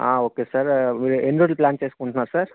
okay sir మీరు ఎన్ని రోజులు ప్లాన్ చేసుకుంటున్నారు సార్